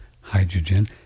hydrogen